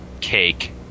cake